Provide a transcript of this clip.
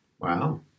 Wow